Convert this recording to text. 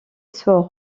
soit